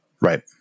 right